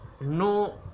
no